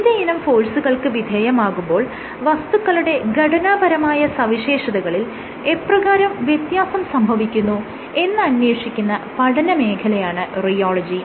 വിവിധയിനം ഫോഴ്സുകൾക്ക് വിധേയമാകുമ്പോൾ വസ്തുക്കളുടെ ഘടനാപരമായ സവിശേഷതകളിൽ എപ്രകാരം വ്യത്യാസം സംഭവിക്കുന്നു എന്ന് അന്വേഷിക്കുന്ന പഠനമേഖലയാണ് റിയോളജി